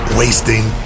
wasting